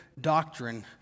doctrine